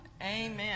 Amen